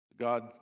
God